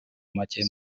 macye